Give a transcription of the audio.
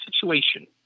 situation